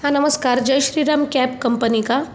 हा नमस्कार जय श्रीराम कॅब कंपनी का